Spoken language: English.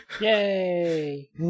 Yay